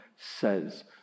says